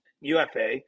UFA